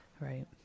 Right